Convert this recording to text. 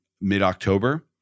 mid-October